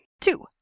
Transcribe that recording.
Two